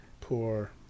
Poor